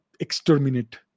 exterminate